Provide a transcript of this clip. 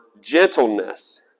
gentleness